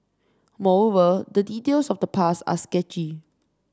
moreover the details of the past are sketchy